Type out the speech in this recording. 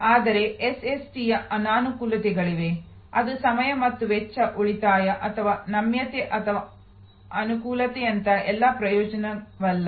ಆದರೆ ಎಸ್ಎಸ್ಟಿಯ ಅನಾನುಕೂಲತೆಗಳಿವೆ ಅದು ಸಮಯ ಮತ್ತು ವೆಚ್ಚ ಉಳಿತಾಯ ಅಥವಾ ನಮ್ಯತೆ ಅಥವಾ ಅನುಕೂಲತೆಯಂತಹ ಎಲ್ಲಾ ಪ್ರಯೋಜನವಲ್ಲ